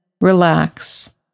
relax